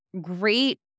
great